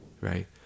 right